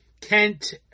Kent